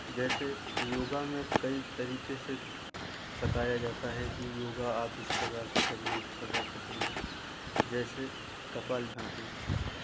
जैसे योग में कई तरीके से बताया जाता है कि योग आप इस प्रकार से करें इस प्रकार से करें जैसे कपालभाति होती है